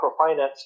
microfinance